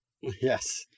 Yes